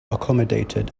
accommodated